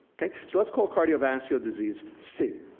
so let's call cardiovascular disease c.